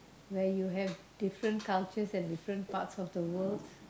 where you have different cultures and different parts of the world